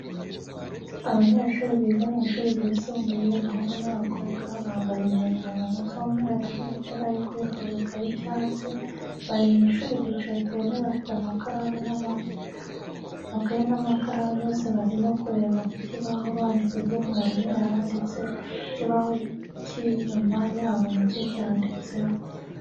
Abanyeshuri biga mu ishuri ryisumbuye abahungu n'abakobwa, bambaye impuzankano z'umweru n'imipira yo kwifubika y'icyatsi, bari mu ishuri bicaye ku ntebe bafite amakaye n'amakaramu bose barimo kureba ku kibaho bandika ibyo mwarimu yahanditse, ikibaho cy'inyuma yabo nacyo cyanditseho.